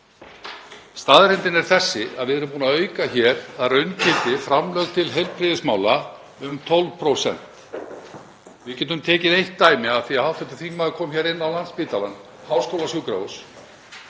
Staðreyndin er sú að við erum búin að auka hér að raungildi framlög til heilbrigðismála um 12%. Við getum tekið eitt dæmi, af því að hv. þingmaður kom inn á Landspítala – háskólasjúkrahús.